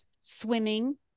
swimming